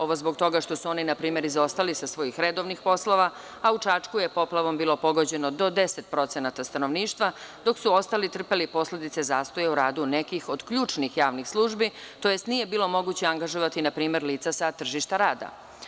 Ovo zbog toga što su oni npr. izostali sa svojih redovnih poslova, a u Čačku je poplavom bilo pogođeno do 10% stanovništva, dok su ostali trpeli posledice zastoja u radu nekih od ključnih javnih službi, tj. nije bilo moguće angažovati npr. lica sa tržišta rada.